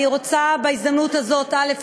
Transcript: אני רוצה בהזדמנות הזאת, א.